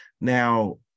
Now